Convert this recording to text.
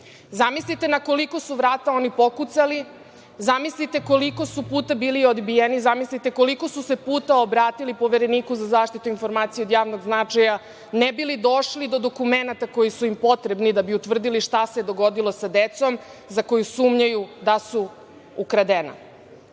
decom. Zamislite na koliko su vrata oni pokucali, zamislite koliko su puta bili odbijeni, zamislite koliko su se puta obratili Povereniku za zaštitu informacija od javnog značaja, ne bi li došli do dokumenata koji su im potrebni da bi utvrdili šta se dogodilo sa decom za koju sumnjaju da su ukradena. Današnji